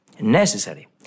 necessary